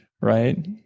right